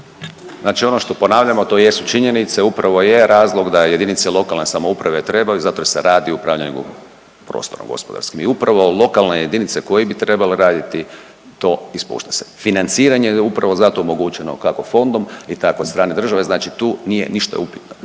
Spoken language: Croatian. Znači ono što ponavljamo to jesu činjenice, upravo je razlog da JLS trebaju zato jer se radi o upravljanju prostorom gospodarskim i upravo lokalne jedinice koje bi trebale raditi to ispušta se, financiranje je upravo zato omogućeno kako fondom i tako od strane države znači tu nije ništa upitno,